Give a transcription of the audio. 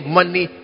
money